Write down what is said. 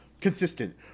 consistent